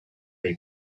推翻